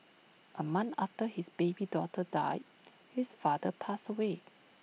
A month after his baby daughter died his father passed away